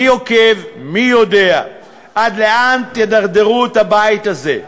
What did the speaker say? מי עוקב, מי יודע, עד לאן תדרדרו את הבית הזה,